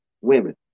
women